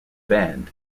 band